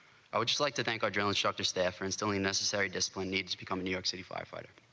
i would like to thank our jones shot to stephens doing necessary discipline needs become new york city firefighter